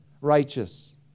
righteous